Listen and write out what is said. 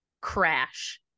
crash